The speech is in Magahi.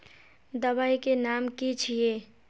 दबाई के नाम की छिए?